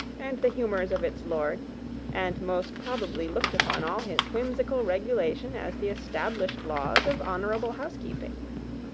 and the humours of its lord and most probably looked upon all his whimsical regulations as the established laws of honourable housekeeping.